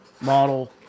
model